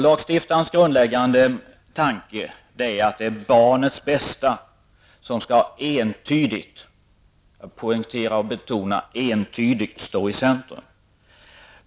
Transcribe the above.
Lagstiftarens grundläggande tanke är att barnets bästa entydigt -- jag vill betona detta -- skall stå i centrum.